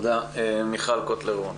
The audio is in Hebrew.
מיכל קוטלר וונש.